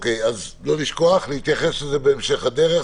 לשכוח להתייחס לזה בהמשך הדרך.